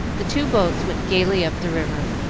the two boats went gayly up the river.